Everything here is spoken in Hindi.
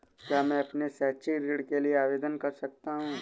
क्या मैं अपने शैक्षिक ऋण के लिए आवेदन कर सकता हूँ?